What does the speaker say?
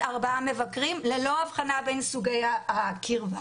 ארבעה מבקרים ללא הבחנה בין סוגי הקרבה.